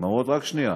הן אומרות: רק שנייה,